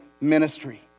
ministry